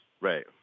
right